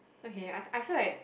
okay I I feel like